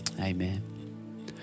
Amen